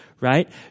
right